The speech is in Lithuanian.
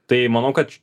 tai manau kad